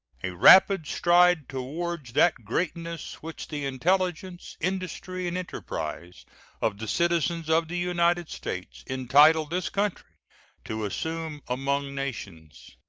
a rapid stride toward that greatness which the intelligence, industry, and enterprise of the citizens of the united states entitle this country to assume among nations.